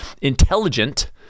intelligent